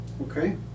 Okay